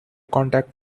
contact